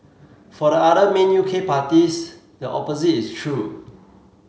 for the other main U K parties the opposite is true